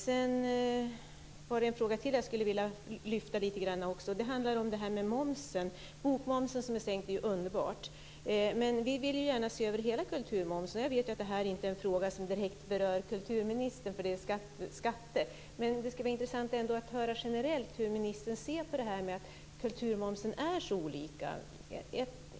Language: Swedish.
Det är en fråga till som jag skulle vilja lyfta fram lite, och den handlar om momsen. Det är ju underbart att bokmomsen sänks, men vi vill ju gärna se över hela kulturmomsen. Jag vet ju att det här inte är en fråga som direkt berör kulturministern eftersom den rör skatter, men det skulle ändå vara intressant att höra generellt hur ministern ser på det här med att kulturmomsen är så olika.